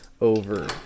over